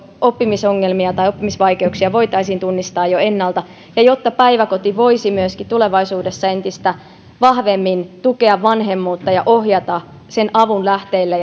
oppimisongelmia tai oppimisvaikeuksia voitaisiin tunnistaa jo ennalta ja jotta päiväkoti voisi tulevaisuudessa entistä vahvemmin tukea vanhemmuutta ja ohjata avun lähteille